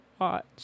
watch